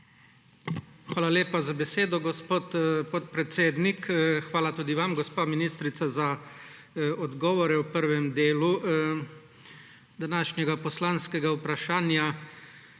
Hvala lepa za besedo, gospod podpredsednik. Hvala tudi vam, gospa ministrica, za odgovore v prvem delu današnjega poslanskega vprašanja.